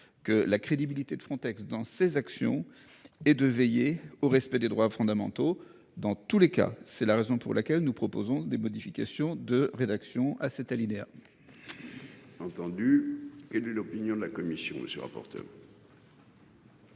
que la crédibilité de Frontex dans ses actions et de veiller au respect des droits fondamentaux dans tous les cas, c'est la raison pour laquelle nous proposons des modifications de rédaction à cet alinéa. Entendu. Quelle est l'opinion de la commission. Monsieur le rapporteur.